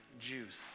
juice